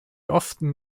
often